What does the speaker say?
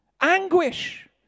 anguish